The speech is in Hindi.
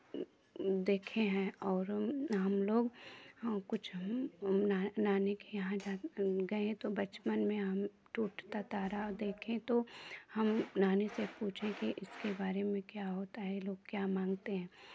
देखें हैं और हम लोग कुछ नानी के यहाँ गए तो बचपन में हम टूटता तारा देखे तो हम नानी से पूछे कि इसके बारे में क्या होता है लोग क्या मानते हैं